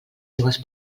seues